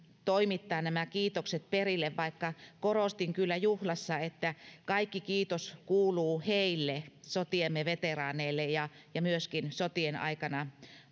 toimittaa nämä kiitokset perille vaikka korostin kyllä juhlassa että kaikki kiitos kuuluu heille sotiemme veteraaneille ja ja myöskin sotien aikana